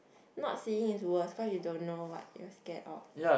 not seeing is worse cause you don't know what you are scared of